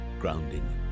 grounding